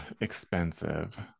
Expensive